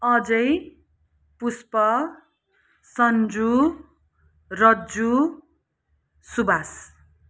Ajay Pushp Sanju Rajju Suwas